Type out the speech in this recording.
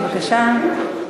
בבקשה.